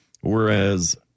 whereas